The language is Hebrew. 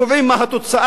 קובעים מה התוצאה.